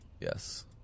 yes